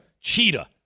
Cheetah